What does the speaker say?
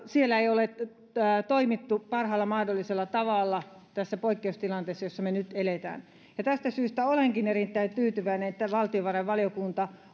siellä ei ole toimittu parhaalla mahdollisella tavalla tässä poikkeustilanteessa jossa me nyt elämme tästä syystä olenkin erittäin tyytyväinen että valtiovarainvaliokunta